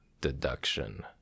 deduction